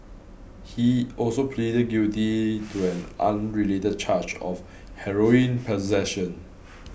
he also pleaded guilty to an unrelated charge of heroin possession